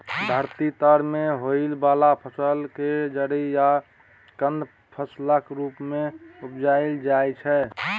धरती तर में होइ वाला फसल केर जरि या कन्द फसलक रूप मे उपजाइल जाइ छै